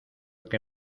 que